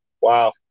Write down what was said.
Wow